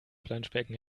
planschbecken